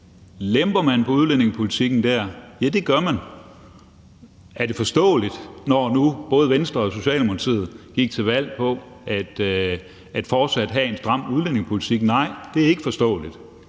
Lemper man på udlændingepolitikken? Ja, det gør man. Er det forståeligt, når nu både Venstre og Socialdemokratiet gik til valg på fortsat at have en stram udlændingepolitik? Nej, det er ikke forståeligt.